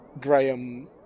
Graham